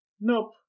Nope